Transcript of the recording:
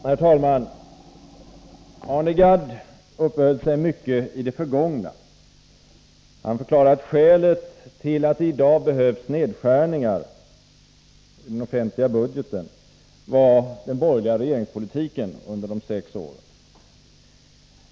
Herr talman! Arne Gadd uppehöll sig mycket i det förgångna. Han förklarade att skälet till att det i dag behövs nedskärningar i den offentliga budgeten var den borgerliga regeringspolitiken under de sex åren.